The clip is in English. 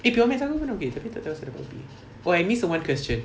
eh pure maths aku pun okay tapi tak tahu kenapa dapat B oh I miss out one question